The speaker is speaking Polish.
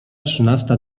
trzynasta